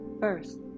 first